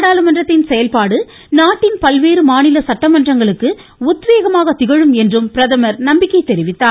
நாடாளுமன்றத்தின் செயல்பாடு நாட்டின் பல்வேறு சட்டமன்றங்களுக்கு உத்வேகமாக திகழும் என்றும் பிரதமர் நம்பிக்கை தெரிவித்தார்